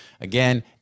Again